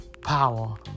Power